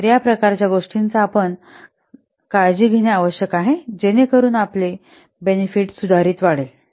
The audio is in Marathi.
तर या प्रकारच्या गोष्टींचा आपण काळजी घेणे आवश्यक आहे जेणेकरून आपले बेनेफिट सुधारित वाढेल